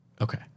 Okay